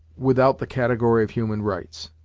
without the category of human rights.